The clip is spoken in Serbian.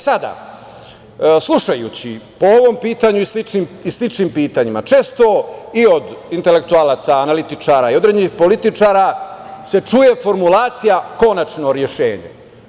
Slušajući, po ovom pitanju i sličnim pitanjima, često i od intelektualaca, analitičara i određenih političara se čuje formulacija - konačno rešenje.